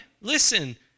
listen